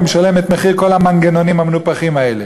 והוא משלם את מחיר כל המנגנונים המנופחים האלה,